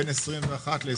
בין 2021 ל-2022.